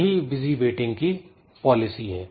यही busy waiting की policy है